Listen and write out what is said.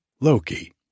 Loki